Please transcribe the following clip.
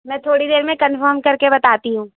میں تھوڑی دیر میں کنفرم کر کے بتاتی ہوں